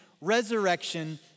resurrection